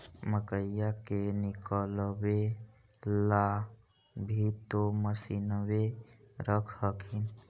मकईया के निकलबे ला भी तो मसिनबे रख हखिन?